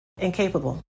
incapable